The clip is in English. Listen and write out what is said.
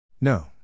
No